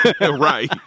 Right